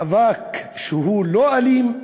מאבק שהוא לא אלים.